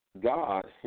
God